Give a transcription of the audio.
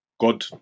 God